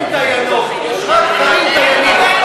אין דיינות, יש רק גברים דיינים.